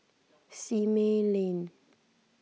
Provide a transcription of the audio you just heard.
Simei Lane